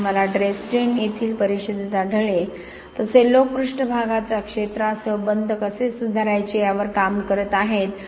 त्यामुळे मला ड्रेसडेन येथील परिषदेत आढळले तसे लोक पृष्ठभागाच्या क्षेत्रासह बंध कसे सुधारायचे यावर काम करत आहेत